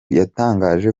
yatangaje